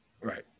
Right